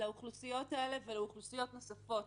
לאוכלוסיות האלה ולאוכלוסיות נוספות,